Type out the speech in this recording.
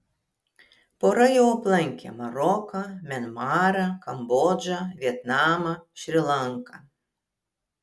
pora jau aplankė maroką mianmarą kambodžą vietnamą šri lanką